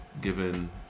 given